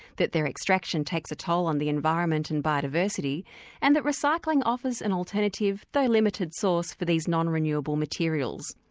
that their extraction takes a toll on the environment and biodiversity and that recycling offers an alternative, though limited, source for these non-renewable materials.